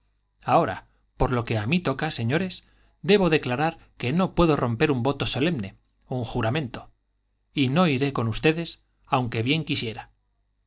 ahora por lo que a mí toca señores debo declarar que no puedo romper un voto solemne un juramento y no iré con ustedes aunque bien quisiera